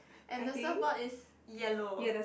and the surfboard is yellow